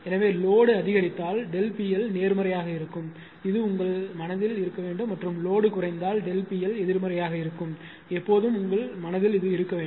எனவே லோடு அதிகரித்தால் ΔP L நேர்மறையாக இருக்கும் இது உங்கள் மனதில் இருக்க வேண்டும் மற்றும் லோடு குறைந்தால் ΔP L எதிர்மறையாக இருக்கும் எப்போதும் உங்கள் மனதில் இருக்க வேண்டும்